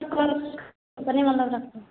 कितने वाला रखते हैं